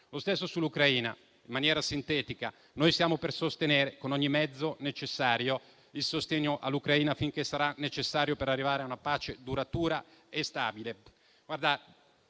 Lo stesso vale sull'Ucraina: in maniera sintetica, noi siamo per continuare con ogni mezzo necessario il sostegno all'Ucraina finché sarà necessario, per arrivare a una pace duratura e stabile.